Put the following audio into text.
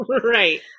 Right